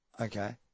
Okay